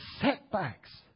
setbacks